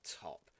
top